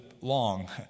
long